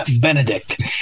benedict